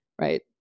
Right